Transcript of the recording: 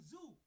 Zoo